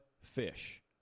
fish